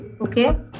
Okay